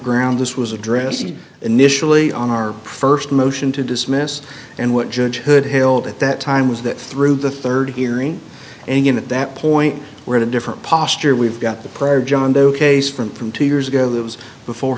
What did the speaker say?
ground this was addressing initially on our st motion to dismiss and what judge hood held at that time was that through the rd hearing and again at that point we're at a different posture we've got the prayer of john doe case from from two years ago that was before